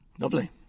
Lovely